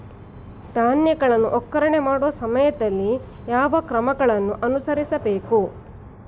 ಧಾನ್ಯಗಳನ್ನು ಒಕ್ಕಣೆ ಮಾಡುವ ಸಮಯದಲ್ಲಿ ಯಾವ ಕ್ರಮಗಳನ್ನು ಅನುಸರಿಸಬೇಕು?